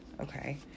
okay